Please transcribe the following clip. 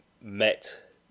met